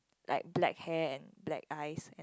like black hair and black eyes